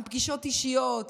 עם פגישות אישיות,